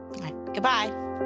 Goodbye